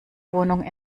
wohnung